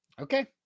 Okay